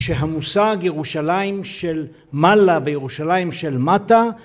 ‫שהמושג ירושלים של מעלה ‫וירושלים של מטה...